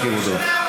שהייתה קומוניסטית,